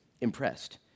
impressed